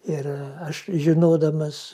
ir aš žinodamas